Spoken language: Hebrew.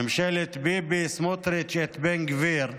ממשלת ביבי, סמוטריץ' את בן גביר,